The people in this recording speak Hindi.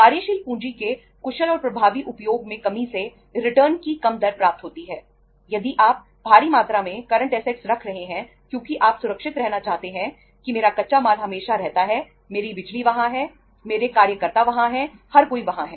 कार्यशील पूंजी के कुशल और प्रभावी उपयोग में कमी से रिटर्न रख रहे हैं क्योंकि आप सुरक्षित रहना चाहते हैं कि मेरा कच्चा माल हमेशा रहता है मेरी बिजली वहां है मेरे कार्यकर्ता वहां हैं हर कोई वहां है